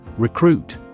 Recruit